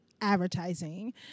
advertising